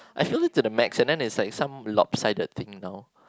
I feel it to the max and then there's like some lopsided thing down